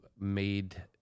made